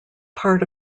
part